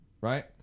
Right